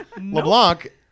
LeBlanc